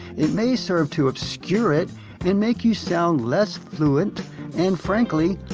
it may serve to obscure it and make you sound less fluent and, frankly,